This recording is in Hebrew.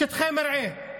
שטחי מרעה.